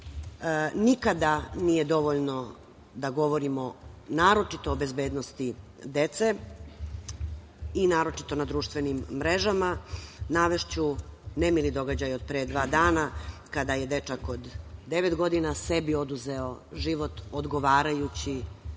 Nikada nije dovoljno da govorimo, naročito o bezbednosti dece i naročito na društvenim mrežama. Navešću nemili događaj od pre dva dana, kada je dečak od devet godina sebi oduzeo život odgovarajući